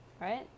right